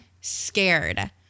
scared